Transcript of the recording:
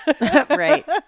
Right